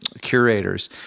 curators